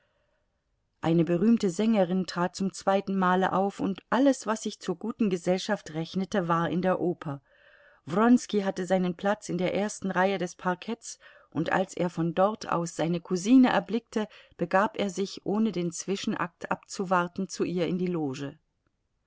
eine berühmte sängerin trat zum zweiten male auf und alles was sich zur guten gesellschaft rechnete war in der oper wronski hatte seinen platz in der er sten reihe des parketts und als er von dort aus seine cousine erblickte begab er sich ohne den zwischenakt abzuwarten zu ihr in die loge